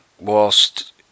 whilst